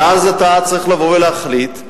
ואז אתה צריך להחליט.